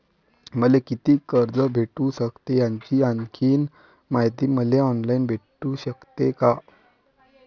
मले कितीक कर्ज भेटू सकते, याची आणखीन मायती मले ऑनलाईन भेटू सकते का?